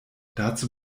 dazu